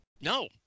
No